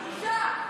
בושה.